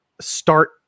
start